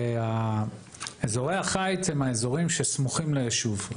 אזורי החיץ הם האזורים שסמוכים ליישוב.